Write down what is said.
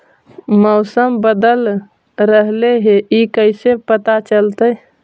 मौसम बदल रहले हे इ कैसे पता चलतै?